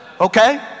Okay